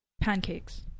pancakes